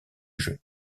jeu